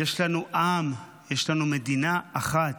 יש לנו עם, יש לנו מדינה אחת,